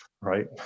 Right